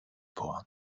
puan